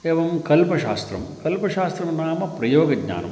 एवं कल्पशास्त्रं कल्पशास्त्रं नाम प्रयोगज्ञानं